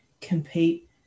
compete